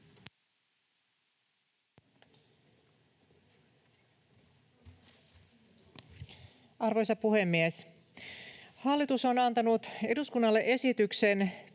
Arvoisa puhemies! Hallitus on antanut eduskunnalle esityksen